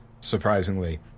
surprisingly